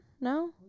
No